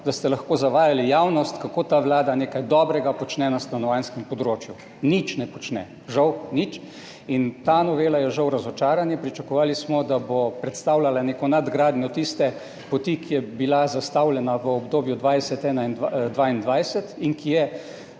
da ste lahko zavajali javnost, kako ta vlada nekaj dobrega počne na stanovanjskem področju. Nič ne počne. Žal nič. Ta novela je žal razočaranje. Pričakovali smo, da bo predstavljala neko nadgradnjo tiste poti, ki je bila zastavljena v obdobju 2020–2022, in ki je